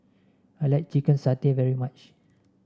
I like Chicken Satay very much